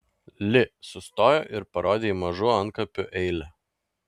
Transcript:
li sustojo ir parodė į mažų antkapių eilę